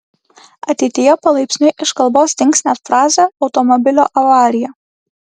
ateityje palaipsniui iš kalbos dings net frazė automobilio avarija